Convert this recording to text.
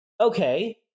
okay